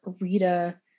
Rita